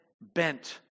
bent